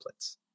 templates